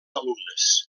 alumnes